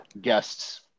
guests